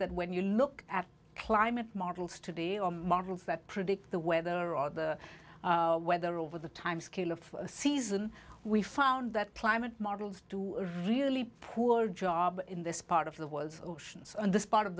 that when you look at climate models today or models that predict the weather or the weather over the timescale of a season we found that climate models to a really poor job in this part of the world's oceans and this part of